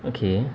okay